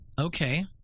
Okay